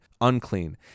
unclean